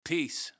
Peace